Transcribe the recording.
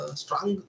strong